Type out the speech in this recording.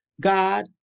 God